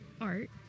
art